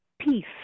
Peace